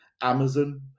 Amazon